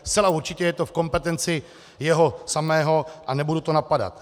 Zcela určitě je to v kompetenci jeho samého a nebudu to napadat.